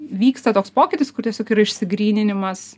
vyksta toks pokytis kur tiesiog yra išsigryninimas